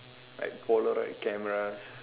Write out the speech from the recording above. like polaroid camera